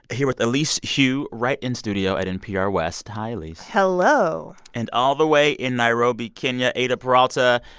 here with elise hu right in studio at npr west. hi, elise hello and all the way in nairobi, kenya eyder peralta.